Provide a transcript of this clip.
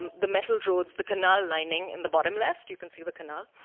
and the metal roads, the canal lining in the bottom left you can see the canal.